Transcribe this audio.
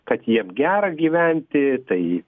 kad jiem gera gyventi tai